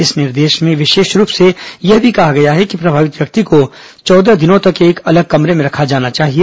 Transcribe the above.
इस निर्देश में विशेष रूप से यह भी कहा गया है कि प्रभावित व्यक्ति को चौदह दिनों तक एक अलग कमरे में रखा जाना चाहिए